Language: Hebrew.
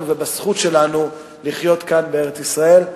ובזכות שלנו לחיות כאן בארץ-ישראל.